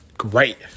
Great